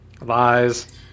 Lies